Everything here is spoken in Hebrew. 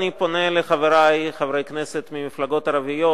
אני פונה אל חברי חברי הכנסת ממפלגות ערביות,